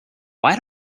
why